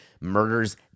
murders